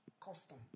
custom